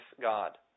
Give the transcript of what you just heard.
God